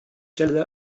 stelle